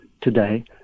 today